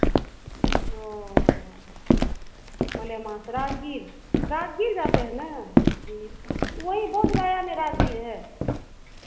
ओ मलेमास राजगीर राजगीर जाते हैं ना जी वही बोधगया में राजगीर है